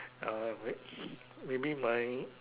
uh maybe mine